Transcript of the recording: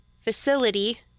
facility